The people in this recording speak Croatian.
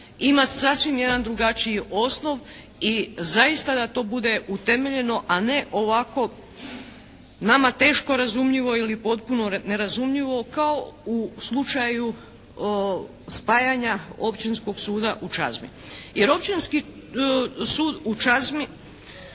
imati sasvim jedan drugačiji osnov i zaista da to bude utemeljeno, a ne ovako nama teško razumljivo ili potpuno nerazumljivo kao u slučaju spajanja Općinskog suda u Čazmi, jer Općinski sud u Čazmi